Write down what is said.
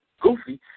goofy